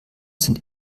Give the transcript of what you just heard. sind